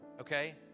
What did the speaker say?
okay